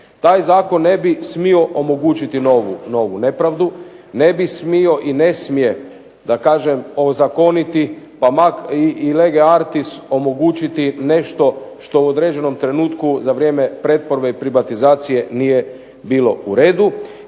Taj zakon ne bi smio omogućiti novu nepravdu, ne bi smio i ne smije da kažem ozakoniti pa makar i lege artis omogućiti nešto što u određenom trenutku za vrijeme pretvorbe i privatizacije nije bio u redu